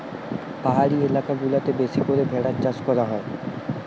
পাহাড়ি এলাকা গুলাতে বেশি করে ভেড়ার চাষ করা হয়